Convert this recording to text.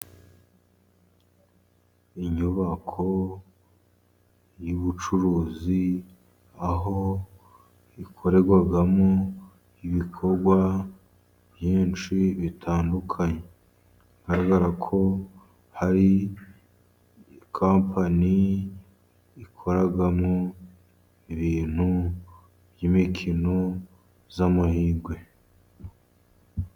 Inyubako y'ubucuruzi, aho ikorerwamo ibikorwa byinshi bitandukanye, hagaragara ko hari kapani ikoramo ibintu by'imikino y'amahirwe.